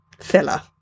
filler